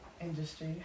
industry